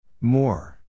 More